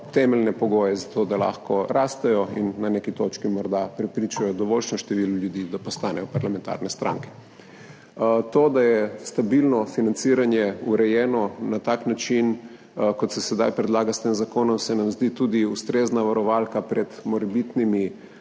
temeljne pogoje zato, da lahko rastejo in na neki točki morda prepričajo dovoljšnje število ljudi, da postanejo parlamentarne stranke. To, da je stabilno financiranje urejeno na tak način, kot se sedaj predlaga s tem zakonom, se nam zdi tudi ustrezna varovalka pred morebitnimi